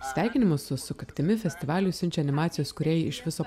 sveikinimus su sukaktimi festivaliui siunčia animacijos kūrėjai iš viso